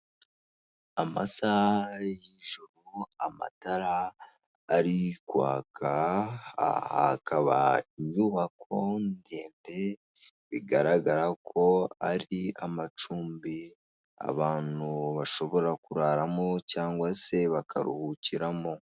Amasaha y'ijoro amatara ari kwaka aha hakaba inyubako ndende bigaragara ko ari amacumbi abantu bashobora kuraramo cyangwa se bakaruhukiramo.